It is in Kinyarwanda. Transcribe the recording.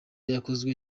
yakozwe